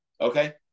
Okay